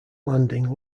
landing